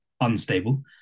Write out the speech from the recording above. unstable